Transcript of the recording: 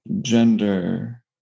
gender